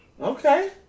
Okay